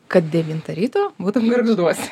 kad devintą ryto būtum gargžduose